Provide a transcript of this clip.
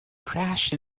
crashed